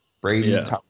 Brady